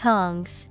Tongs